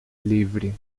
livre